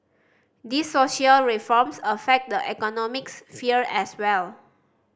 these social reforms affect the economic sphere as well